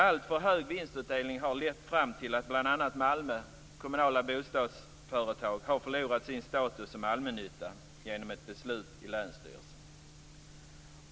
Alltför hög vinstutdelning har lett till att bl.a. Malmös kommunala bostadsföretag har förlorat sin status som allmännytta genom ett beslut i länsstyrelsen.